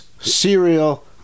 Cereal